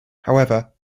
however